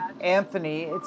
Anthony